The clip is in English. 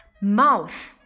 Mouth